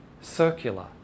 circular